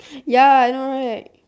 ya I know right